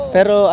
Pero